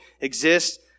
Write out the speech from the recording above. exist